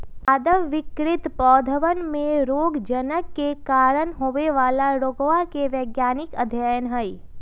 पादप विकृति पौधवन में रोगजनक के कारण होवे वाला रोगवा के वैज्ञानिक अध्ययन हई